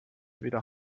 wieder